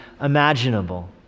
imaginable